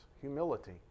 humility